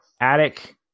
attic